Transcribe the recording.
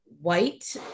white